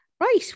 Right